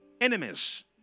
Enemies